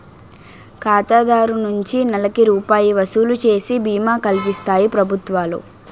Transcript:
ఖాతాదారు నుంచి నెలకి రూపాయి వసూలు చేసి బీమా కల్పిస్తాయి ప్రభుత్వాలు